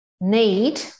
need